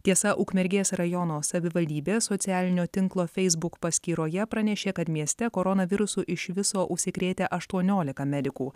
tiesa ukmergės rajono savivaldybė socialinio tinklo facebook paskyroje pranešė kad mieste koronavirusu iš viso užsikrėtę aštuoniolika medikų